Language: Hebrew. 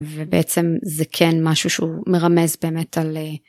ובעצם זה כן משהו שהוא מרמז באמת על.